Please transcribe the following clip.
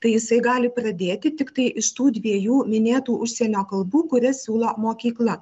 tai jisai gali pradėti tiktai iš tų dviejų minėtų užsienio kalbų kurias siūlo mokykla